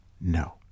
No